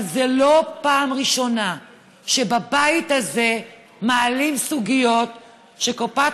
אבל זאת לא פעם ראשונה שבבית הזה מעלים סוגיות שקופת